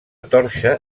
torxa